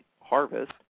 harvest